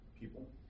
People